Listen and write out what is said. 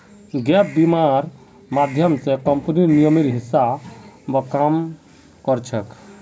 gap बीमा र माध्यम स कम्पनीर नियमेर हिसा ब काम कर छेक